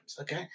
okay